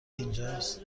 اینجاست